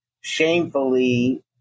shamefully